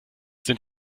sind